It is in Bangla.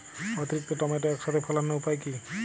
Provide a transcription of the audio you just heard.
অতিরিক্ত টমেটো একসাথে ফলানোর উপায় কী?